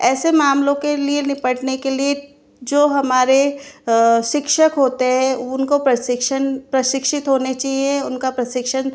ऐसे मामलों के लिए निपटने के लिए जो हमारे शिक्षक होते है उनको प्रशिक्षण प्रशिक्षित होने चाहिए उनका प्रशिक्षण